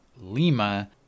Lima